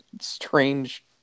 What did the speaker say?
strange